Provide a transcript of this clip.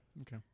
okay